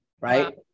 right